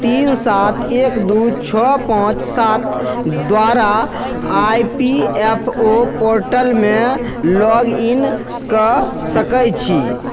तीन सात एक दू छओ पाँच सात द्वारा आई पी एफ ओ पोर्टलमे लॉग इन कऽ सकै छी